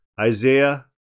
Isaiah